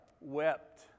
wept